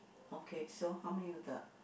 okay so how many with that